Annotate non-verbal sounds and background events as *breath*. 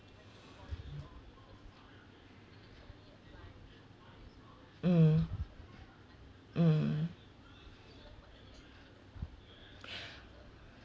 mm mm *breath*